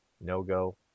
no-go